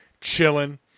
chilling